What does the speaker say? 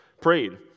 prayed